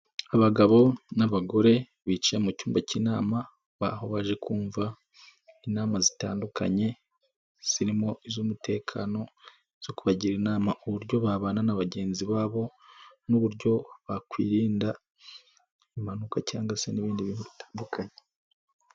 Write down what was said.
Abagabo n'abagore bicaye mu cyumba cy'inama, aho baje kumva inama zitandukanye zirimo iz'umutekano, zo kubagira inama uburyo babana na bagenzi babo n'uburyo bakwirinda impanuka cyangwa se n'ibindi bintu bitandukanye.